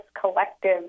collective